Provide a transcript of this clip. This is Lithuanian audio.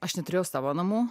aš neturėjau savo namų